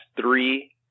three